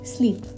Sleep